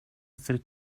газрыг